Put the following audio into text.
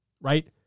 right